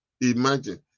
Imagine